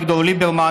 אביגדור ליברמן,